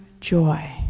joy